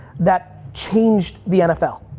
that changed the nfl.